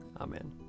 Amen